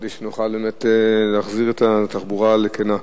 כדי שנוכל באמת להחזיר את התחבורה על כנה,